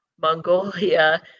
Mongolia